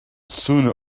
sooner